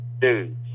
dude